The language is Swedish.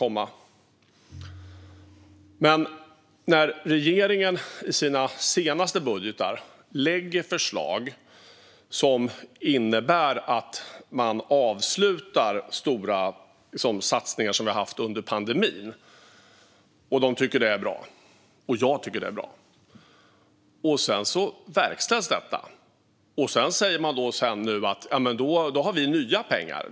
Förra regeringen lade i sina senaste budgetar förslag som innebar att man avslutade stora satsningar som vi hade haft under pandemin - det tyckte både de och jag var bra, och så verkställs detta. Men sedan säger man att man har nya pengar nu.